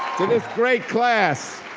to this great class,